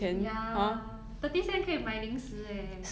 ya thirty cent 可以买零食 eh